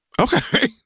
okay